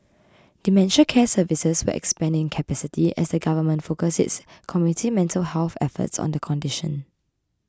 dementia care services will expand in capacity as the Government focuses its community mental health efforts on the condition